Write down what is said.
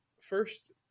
first